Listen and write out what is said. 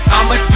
I'ma